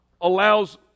allows